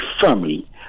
firmly